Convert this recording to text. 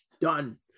Done